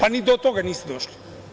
Ali, ni do toga niste došli.